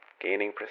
Gaining